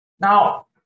Now